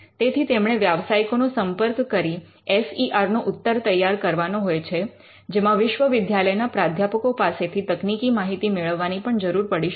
તેથી તેમણે વ્યાવસાયિકોનો સંપર્ક કરી એફ ઈ આર નો ઉત્તર તૈયાર કરવાનો હોય છે જેમાં વિશ્વવિદ્યાલયના પ્રાધ્યાપકો પાસેથી તકનીકી માહિતી મેળવવાની પણ જરૂર પડી શકે